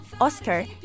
Oscar